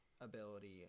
ability